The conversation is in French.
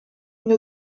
une